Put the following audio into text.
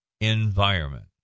environment